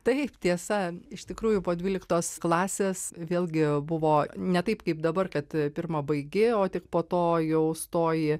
taip tiesa iš tikrųjų po dvyliktos klasės vėlgi buvo ne taip kaip dabar kad pirma baigi o tik po to jau stoji